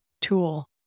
tool